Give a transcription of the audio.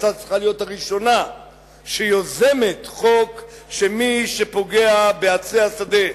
היתה צריכה להיות הראשונה שיוזמת חוק שמי שפוגע בעצי השדה,